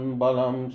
balam